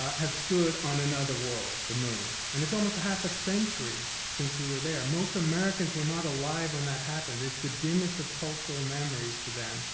ah have stood on another world, the moon, and it's almost a half a century since we were there. most americans were not alive when that happened. it's the dimmest of cultural memories to them,